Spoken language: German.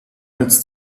als